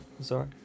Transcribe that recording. sorry